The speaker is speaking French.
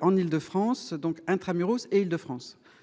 en Île-de-France donc intra-muros et Île-de-France.